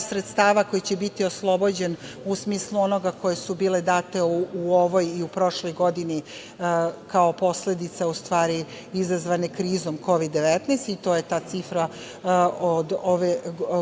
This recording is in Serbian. sredstava koji će biti oslobođen, u smislu onoga koje su bile date u ovoj i u prošloj godini, kao posledice izazvane krizom Kovid-19 i to je ta cifra od ove